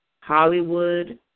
Hollywood